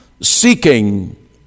seeking